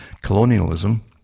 Colonialism